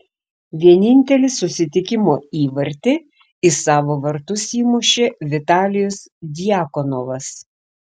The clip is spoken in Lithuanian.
vienintelį susitikimo įvartį į savo vartus įmušė vitalijus djakonovas